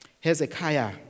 Hezekiah